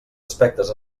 aspectes